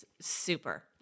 super